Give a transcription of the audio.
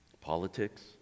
politics